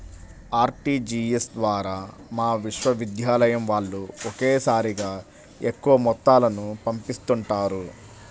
RTGS ద్వారా మా విశ్వవిద్యాలయం వాళ్ళు ఒకేసారిగా ఎక్కువ మొత్తాలను పంపిస్తుంటారు